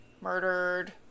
murdered